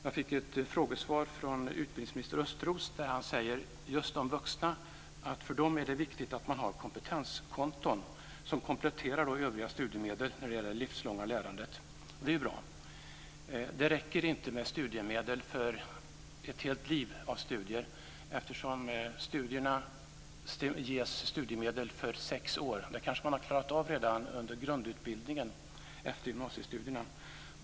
Jag fick ett frågesvar från utbildningsminister Östros där han säger att just för de vuxna är det viktigt att man har kompetenskonton som kompletterar övriga studiemedel när det gäller det livslånga lärandet. Det är ju bra. Det räcker inte med studiemedel för ett helt liv av studier. Studiemedel ges för sex år, och det har man kanske klarat av redan under grundutbildningen efter gymnasiestudierna.